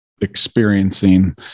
experiencing